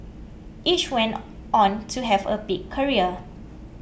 each went on to have a big career